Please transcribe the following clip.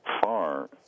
far